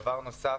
בנוסף,